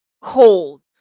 cold